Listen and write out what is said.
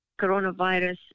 coronavirus